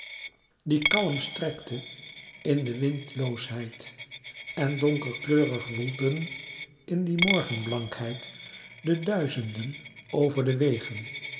die kalm strekte in de windloosheid en donkerkleurig woelden in die morgenblankheid de duizenden over de wegen